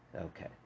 Okay